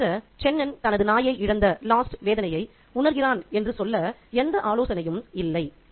இது தவிர சென்னன் தனது நாயை இழந்த வேதனையை உணர்கிறான் என்று சொல்ல எந்த ஆலோசனையும் இல்லை